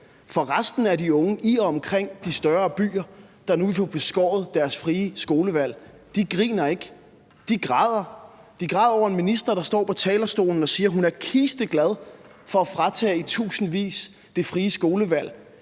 for resten af de unge i og omkring de større byer, der nu vil få beskåret deres frie skolevalg, griner ikke; de græder. De græder over en minister, der står på talerstolen og siger, at hun er kisteglad for at fratage i tusindvis det frie skolevalg,